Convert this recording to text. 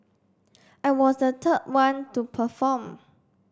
I was the third one to perform